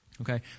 Okay